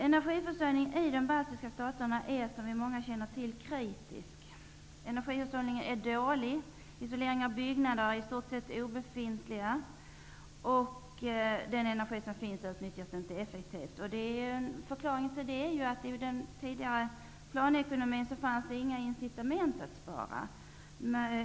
Energiförsörjningen i de baltiska staterna är kritisk, som många känner till. Energihushållningen är dålig. Isoleringen av byggnader är i stort sett obefintlig, och den energi som finns utnyttjas inte effektivt. Förklaringen till det är att det i den tidigare planekonomin inte fanns några incitament att spara.